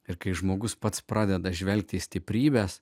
ir kai žmogus pats pradeda žvelgti į stiprybes